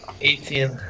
eighteen